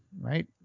Right